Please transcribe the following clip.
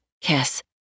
kiss